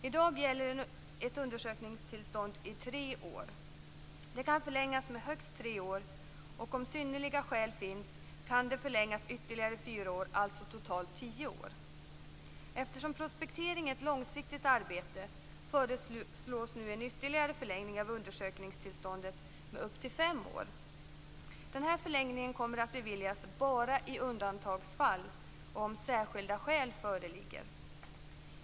I dag gäller ett undersökningstillstånd i tre år. Det kan förlängas med högst tre år och om synnerliga skäl finns kan det förlängas ytterligare fyra år, alltså totalt tio år. Eftersom prospektering är ett långsiktigt arbete föreslås nu en ytterligare förlängning av undersökningstillståndet med upp till fem år. Den här förlängningen kommer att beviljas bara i undantagsfall och om särskilda skäl föreligger.